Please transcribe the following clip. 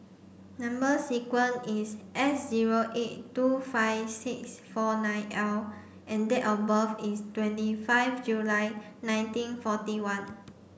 number sequence is S zero eight two five six four nine L and date of birth is twenty five July nineteen forty one